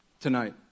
tonight